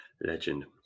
Legend